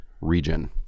region